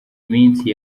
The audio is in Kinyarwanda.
minsi